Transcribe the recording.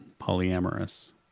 polyamorous